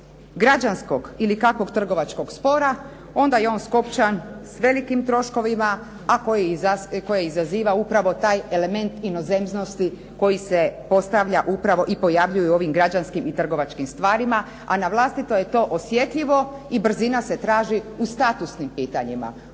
građanskog ili kakvog trgovačkog spora, onda je on skopčan sa velikim troškovima a koje izaziva upravo taj element inozemnosti koji se postavlja upravo i pojavljuje u ovim građanskim i trgovačkim stvarima a na vlastito je to osjetljivo i brzina se traži u statusnim pitanjima,